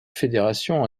fédération